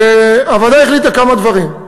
והוועדה החליטה כמה דברים: